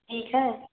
जी sir